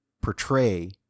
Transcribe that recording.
portray